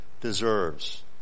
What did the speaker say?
deserves